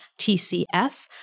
TCS